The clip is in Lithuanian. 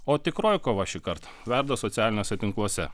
o tikroji kova šįkart verda socialiniuose tinkluose